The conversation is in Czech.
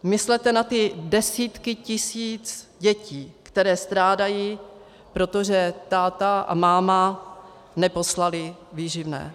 Myslete na ty desítky tisíc dětí, které strádají, protože táta a máma neposlali výživné.